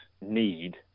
need